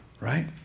right